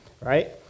right